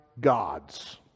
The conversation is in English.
god's